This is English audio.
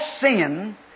sin